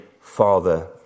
father